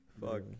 Fuck